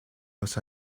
los